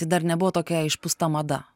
tai dar nebuvo tokia išpūsta mada